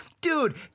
Dude